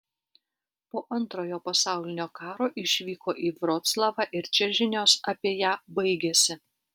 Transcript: po antrojo pasaulinio karo išvyko į vroclavą ir čia žinios apie ją baigiasi